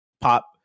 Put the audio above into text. pop